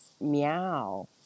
meow